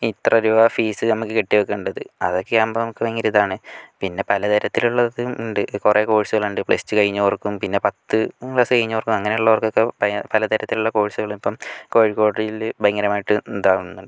ഇത്ര രൂപാ ഫീസ് നമുക്ക് കെട്ടി വെക്കേണ്ടത് അതൊക്കെയാകുമ്പോൾ നമുക്ക് ഭയങ്കര ഇതാണ് പിന്നെ പല തരത്തിലുള്ള ഇതും ഉണ്ട് കുറേ കോഴ്സുകളുണ്ട് പ്ലസ് ടു കഴിഞ്ഞവർക്കും പിന്നെ പത്താം ക്ലാസ് കഴിഞ്ഞവർക്ക് അങ്ങനെയുള്ളവർക്കൊക്കെ പല തരത്തിലുള്ള കോഴ്സുകളിപ്പം കോഴിക്കോട് ജില്ലയിൽ ഭയങ്കരമായിട്ട് ഇതാകുന്നുണ്ട്